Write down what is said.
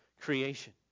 creation